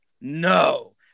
No